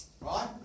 Right